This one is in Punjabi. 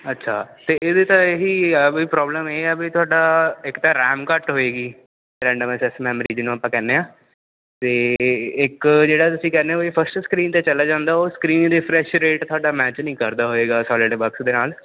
ਅੱਛਾ ਅਤੇ ਇਹਦੀ ਤਾਂ ਇਹੀ ਆ ਵੀ ਪ੍ਰੋਬਲਮ ਏ ਹੈ ਵੀ ਤੁਹਾਡਾ ਇੱਕ ਤਾਂ ਰੈਮ ਘੱਟ ਹੋਏਗੀ ਰੈਂਡਮ ਐਕਸੈਸ ਮੈਮਰੀ ਜਿਹਨੂੰ ਆਪਾਂ ਕਹਿੰਦੇ ਹਾਂ ਅਤੇ ਇੱਕ ਜਿਹੜਾ ਤੁਸੀਂ ਕਹਿਨੇ ਹੋ ਕਿ ਫਸਟ ਸਕਰੀਨ 'ਤੇ ਚਲਾ ਜਾਂਦਾ ਉਹ ਸਕਰੀਨ ਰੈਫਰੇਸ਼ ਰੇਟ ਤੁਹਾਡਾ ਮੈਚ ਨਹੀਂ ਕਰਦਾ ਹੋਏਗਾ ਸੋਲਿਡ ਬਕਸ ਦੇ ਨਾਲ਼